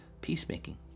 Peacemaking